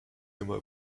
nimmer